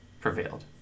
prevailed